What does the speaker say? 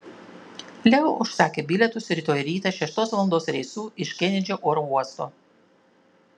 leo užsakė bilietus rytoj rytą šeštos valandos reisu iš kenedžio oro uosto